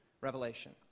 Revelation